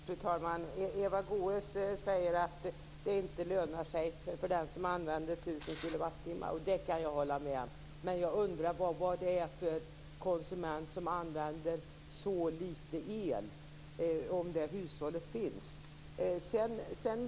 Fru talman! Eva Goës säger att det inte lönar sig för den som använder 1 000 kWh. Det kan jag hålla med om. Men jag undrar vad det är för konsument som använder så litet el. Jag undrar om det hushållet finns.